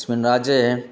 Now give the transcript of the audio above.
अस्मिन् राज्ये